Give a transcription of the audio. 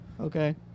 Okay